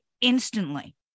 instantly